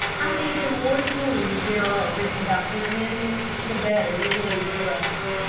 i think the more stories there are written about dumb animals, the better it will be for us.